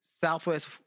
Southwest